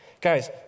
Guys